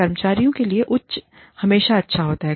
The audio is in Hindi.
कर्मचारी के लिए उच्च हमेशा अच्छा होता है